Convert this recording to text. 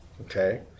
okay